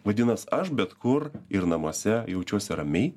vadinas aš bet kur ir namuose jaučiuosi ramiai